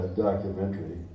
documentary